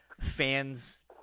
fans